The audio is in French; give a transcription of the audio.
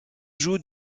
joue